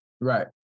Right